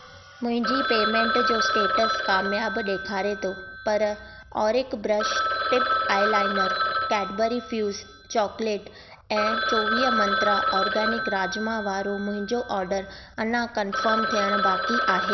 मुंहिंजी पेमेंट जो स्टेटस कामियाबु ॾेखारे थो पर ऑरिक ब्रश टिप आईलाइनरु कैडबरी फ्यूज चॉकलेट ऐं चोवीह मंत्रा आर्गेनिक राजमा वारो मुंहिंजो ऑर्डरु अञा कंफ़र्मु थियणु बाक़ी आहे